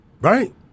Right